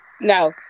No